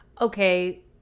Okay